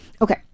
Okay